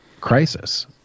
crisis